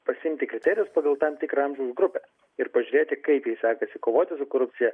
pasiimti kriterijus pagal tam tikrą amžiaus grupę ir pažiūrėti kaip jai sekasi kovoti su korupcija